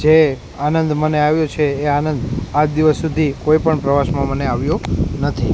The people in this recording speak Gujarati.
જે આનંદ મને આવ્યો છે એ આનંદ આજ દિવસ સુધી કોઈપણ પ્રવાસમાં મને આવ્યો નથી